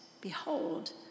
behold